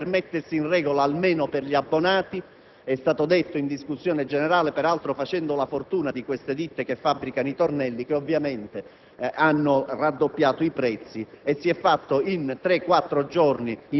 assistere alle partite con un minimo di controllo; ci sono volute 48 ore per mettersi in regola, almeno per gli abbonati. È stato detto in discussione generale che ciò è avvenuto, peraltro, facendo la fortuna delle ditte che fabbricano i tornelli, le quali, ovviamente,